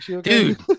dude